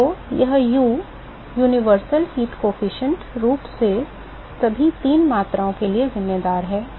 तो यह U सार्वभौमिक ऊष्मा परिवहन गुणांक यह अनिवार्य रूप से सभी तीन मात्राओं के लिए जिम्मेदार है